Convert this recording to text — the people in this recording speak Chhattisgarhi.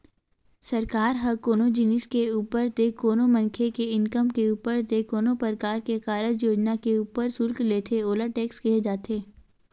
सरकार ह कोनो जिनिस के ऊपर ते कोनो मनखे के इनकम के ऊपर ते कोनो परकार के कारज योजना के ऊपर सुल्क लेथे ओला टेक्स केहे जाथे